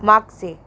मागचे